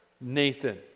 Nathan